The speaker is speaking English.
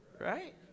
right